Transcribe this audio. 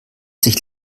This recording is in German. sich